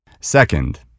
Second